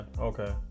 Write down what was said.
okay